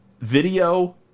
video